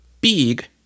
big